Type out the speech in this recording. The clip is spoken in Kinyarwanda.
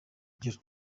ngiro